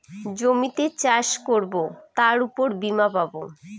জমিতে চাষ করবো তার উপর বীমা পাবো